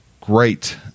great